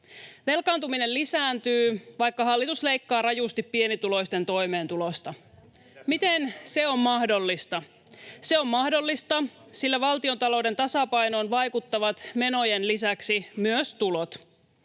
Velkaantuminen lisääntyy, vaikka hallitus leikkaa rajusti pienituloisten toimeentulosta. [Sheikki Laakso: Pitäisikö leikata vielä enemmän?] Miten se on mahdollista? Se on mahdollista, sillä valtiontalouden tasapainoon vaikuttavat menojen lisäksi myös tulot.